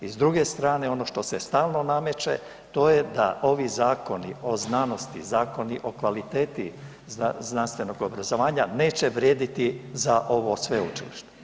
I s druge strane ono što se stalno nameće, to je da ovi zakoni o znanosti, zakoni o kvaliteti znanstvenog obrazovanja neće vrijediti za ovo sveučilište.